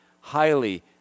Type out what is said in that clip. highly